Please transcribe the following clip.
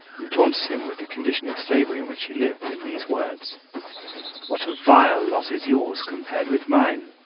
and taunted him with the condition of slavery in which he lived, in these words what a vile lot is yours compared with mine!